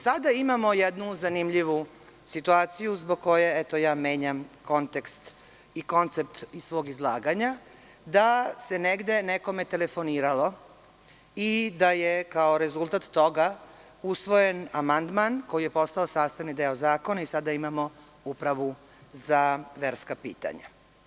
Sada imamo jednu zanimljivu situaciju zbog koje ja menjam kontekst i koncept svog izlaganja, da se negde nekome telefoniralo i da je, kao rezultat toga, usvojen amandman koji je postao sastavni deo zakona i sada imamo upravu za verska pitanja.